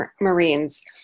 Marines